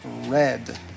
Red